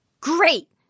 Great